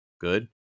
good